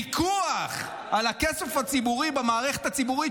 פיקוח על הכסף הציבורי במערכת הציבורית,